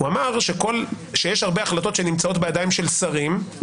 הוא אמר שיש הרבה החלטות שנמצאות בידיים של שרים,